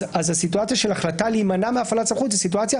אז הסיטואציה של החלטה להימנע מהפעלת סמכות היא סיטואציה